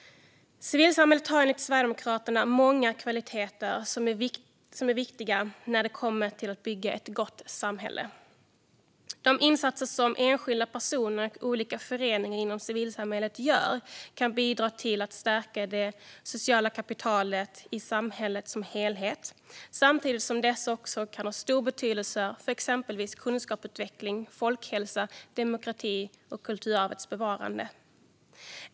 Civilsamhället har enligt Sverigedemokraterna många kvaliteter som är viktiga för att bygga ett gott samhälle. De insatser som enskilda personer och olika föreningar inom civilsamhället gör kan bidra till att stärka det sociala kapitalet i samhället som helhet, samtidigt som dessa också kan ha stor betydelse för exempelvis kunskapsutveckling, folkhälsa, demokrati och kulturarvets bevarande.